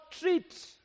treat